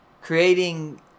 creating